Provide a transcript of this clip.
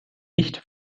nicht